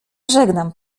żegnam